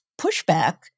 pushback